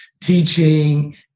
teaching